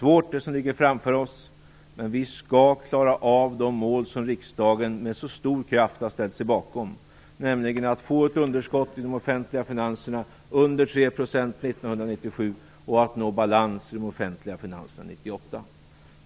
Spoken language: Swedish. Det som ligger framför oss är svårt, men vi skall klara av de mål som riksdagen med så stor kraft har ställt sig bakom, nämligen att få ett underskott i de offentliga finanserna under 3 % 1997 och att nå balans i de offentliga finanserna 1998.